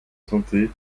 santé